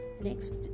next